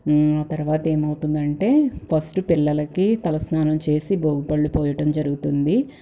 తరువాతేమవుతుందంటే first పిల్లలకి తల స్నానాలు చేసి భోగి పళ్ళు పోయటం జరుగుతుంది